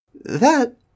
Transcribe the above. That-